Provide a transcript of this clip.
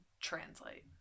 translate